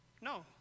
No